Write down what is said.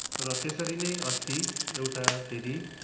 र त्यसरी नै अस्ति एउटा फेरि